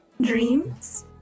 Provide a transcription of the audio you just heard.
dreams